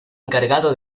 encargado